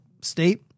state